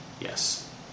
yes